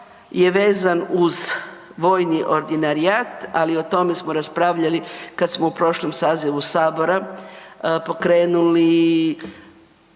je vezan uz vojni ordinarijat, ali o tome smo raspravljali kada smo u prošlom sazivu Sabora pokrenuli